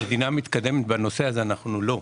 מדינה מתקדמת בנושא הזה אנחנו לא.